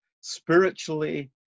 spiritually